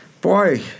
boy